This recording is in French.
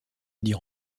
dire